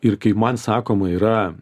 ir kai man sakoma yra